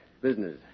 Business